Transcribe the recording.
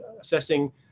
assessing